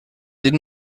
den